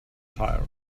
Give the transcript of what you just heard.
tire